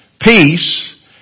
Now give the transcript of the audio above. peace